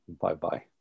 Bye-bye